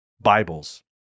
Bibles